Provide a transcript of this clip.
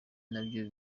nabyo